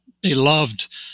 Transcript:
beloved